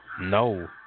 No